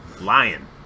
lion